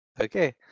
Okay